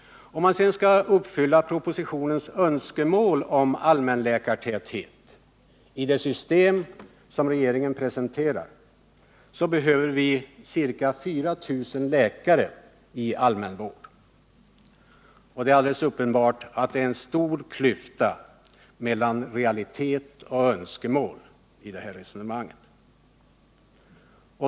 Skall man uppfylla propositionens önskemål om allmänläkartäthet i det system som regeringen planerat behöver vi ca 4 000 läkare i allmän vård. Det äralldeles uppenbart att det är en stor klyfta mellan realitet och önskemål i det sammanhanget.